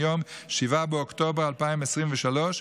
יום 7 באוקטובר 2023,